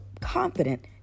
confident